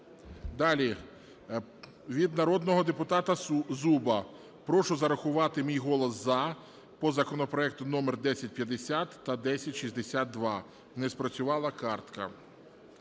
Далі, від народного депутата Зуба. Прошу зарахувати мій голос "за" по законопроекту № 1050 та 1062. Не спрацювала картка.